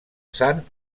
sant